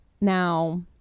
Now